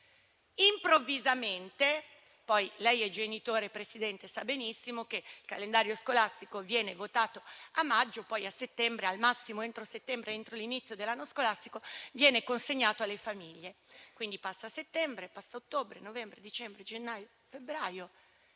scorso anno. Lei è genitore, signor Presidente, quindi sa benissimo che il calendario scolastico viene votato a maggio, poi a settembre e, al massimo entro settembre, entro l'inizio dell'anno scolastico, viene consegnato alle famiglie. Quindi sono trascorsi settembre, ottobre, novembre, dicembre, gennaio e febbraio.